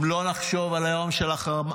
אם לא נחשוב על היום שלמוחרת